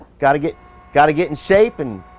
gotta get gotta get in shape and